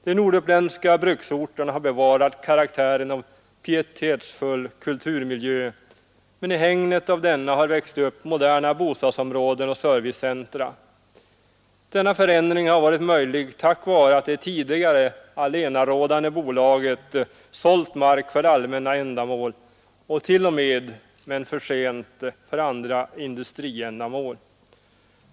De norduppländska bruksorterna har bevarat karaktären av pietetsfull kulturmiljö, men i hägnet av denna har växt upp moderna bostadsområden och servicecentra. Denna förändring har varit möjlig tack vare att det tidigare allenarådande bolaget sålt mark för allmänna ändamål och t.o.m. — men för sent — för andra industriändamål.